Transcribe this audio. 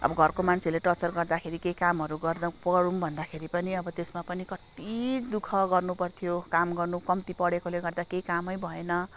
अब घरको मान्छेहरूले टचर गर्दाखेरि केही कामहरू गर्नु पढौँ भन्दाखेरि पनि अब त्यसमा पनि कति दुःख गर्नु पऱ्थ्यो काम गर्नु कम्ति पढेकोले गर्दा केही कामै भएन